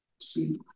See